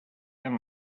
and